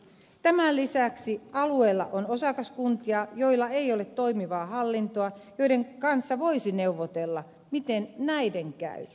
tämän lisäksi alueella on osakaskuntia joilla ei ole toimivaa hallintoa joiden kanssa voisi neuvotella miten näiden käy